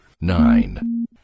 Nine